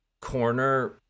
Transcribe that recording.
corner